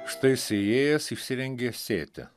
štai sėjėjas išsirengė sėti